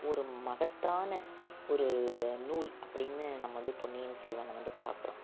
ஒரு மகத்தான ஒரு நூல் அப்படின்னு நம்ம வந்து பொன்னியின் செல்வனை வந்து பார்க்குறோம்